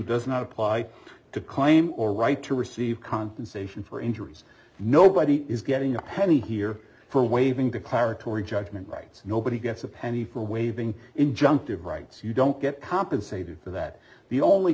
does not apply to claim or right to receive compensation for injuries nobody is getting a penny here for waiving declaratory judgment rights nobody gets a penny for waiving injunctive rights you don't get compensated for that the only